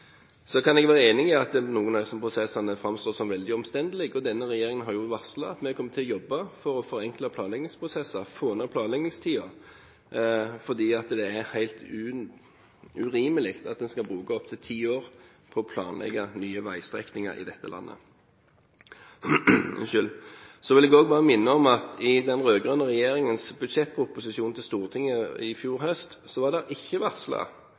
Så kan jeg være enig i at noen av disse prosessene framstår som veldig omstendelige. Denne regjeringen har varslet at vi kommer til å jobbe for å forenkle planleggingsprosesser og få ned planleggingstiden, for det er helt urimelig at en skal bruke opptil ti år på å planlegge nye veistrekninger i dette landet. Så vil jeg også bare minne om at i den rød-grønne regjeringens budsjettproposisjon til Stortinget i fjor høst, var det ikke